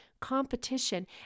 competition